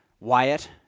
Wyatt